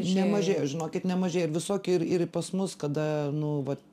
nemažėja žinokit nemažėja ir visokie ir ir pas mus kada nu vat